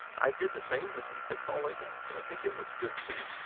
i did the same with the pitfall! label, and i think it looks good too!